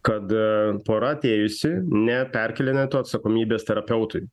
kad a pora atėjusi ne perkėlinėtų į atsakomybės terapeutui